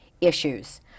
issues